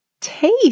taste